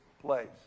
place